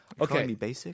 Okay